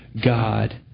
God